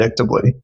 predictably